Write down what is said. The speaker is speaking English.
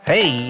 Hey